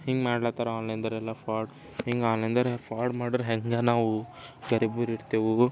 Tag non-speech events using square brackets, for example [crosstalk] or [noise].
ಹಿಂಗೆ ಮಾಡ್ಲತ್ತಾರ ಆನ್ಲೈದೋರೆಲ್ಲ ಫ್ರಾಡ್ ಹಿಂಗೆ ಆನ್ಲೈನ್ದವ್ರು ಫ್ರಾಡ್ ಮಾಡಿದ್ರೆ ಹೇಗೆ ನಾವು [unintelligible] ಇರ್ತೇವು